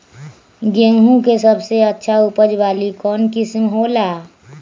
गेंहू के सबसे अच्छा उपज वाली कौन किस्म हो ला?